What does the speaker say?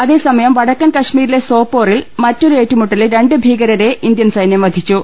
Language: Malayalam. അതേസമയം വടക്കൻ കശ്മീരിലെ സോപ്പോറിൽ മറ്റൊരു ഏറ്റു മുട്ടലിൽ രണ്ട് ഭീകരരെ ഇന്ത്യൻ സൈന്യം പ്പ്ധിച്ചു